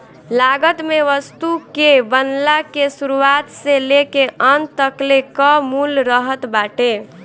लागत में वस्तु के बनला के शुरुआत से लेके अंत तकले कअ मूल्य रहत बाटे